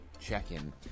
check-in